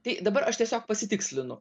tai dabar aš tiesiog pasitikslinu